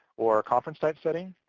or a conference-type setting,